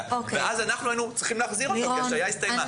ואז אנחנו היינו צריכים להחזיר אותו כי ההשעיה הסתיימה.